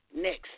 next